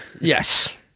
Yes